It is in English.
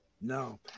No